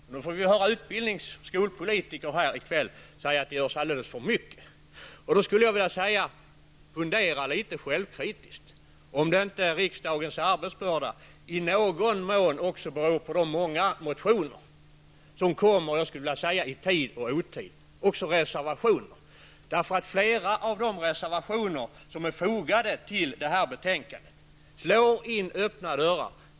I kväll får vi höra skolpolitiker säga att det görs alldeles för mycket. Fundera litet självkritiskt om inte riksdagens arbetsbörda i någon mån också beror på de många motioner som väcks -- vill jag säga -- i tid och otid. Detsamma gäller också i fråga om reservationer. Flera av de reservationer som är fogade vid detta betänkande slår nämligen in öppna dörrar.